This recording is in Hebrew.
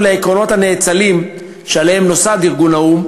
לעקרונות הנאצלים שעליהם נוסד ארגון האו"ם